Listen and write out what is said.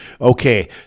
Okay